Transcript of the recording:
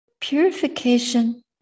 Purification